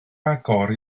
agor